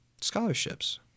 Scholarships